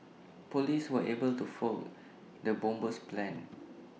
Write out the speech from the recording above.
Police were able to foil the bomber's plans